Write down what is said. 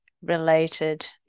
related